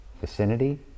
vicinity